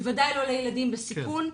בוודאי לא לילדים בסיכון.